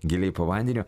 giliai po vandeniu